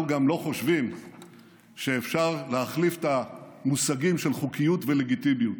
אנחנו גם לא חושבים שאפשר להחליף את המושגים של חוקיות ולגיטימיות.